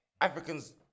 Africans